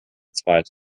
zweite